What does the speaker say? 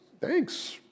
thanks